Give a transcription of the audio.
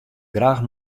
graach